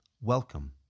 welcome